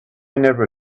never